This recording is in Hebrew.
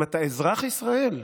אם אתה אזרח ישראל,